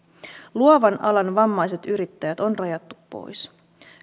luovan alan vammaiset yrittäjät on rajattu pois